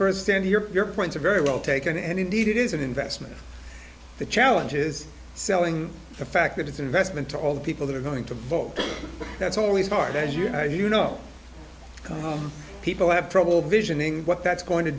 first stand here your points are very well taken and indeed it is an investment the challenge is selling the fact that it's investment to all the people that are going to vote that's always part and you know you know people have trouble visioning what that's going to